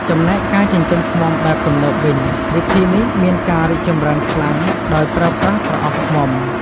ចំណែកការចិញ្ចឹមឃ្មុំបែបទំនើបវិញ វិធីនេះមានការរីកចម្រើនខ្លាំង ដោយប្រើប្រាស់ប្រអប់ឃ្មុំ។